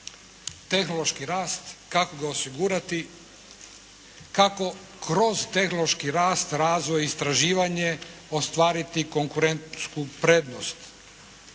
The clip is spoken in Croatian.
tehnološki rast, kako ga osigurati, kako kroz tehnološki rast, razvoj, istraživanje ostvariti konkurentsku prednost.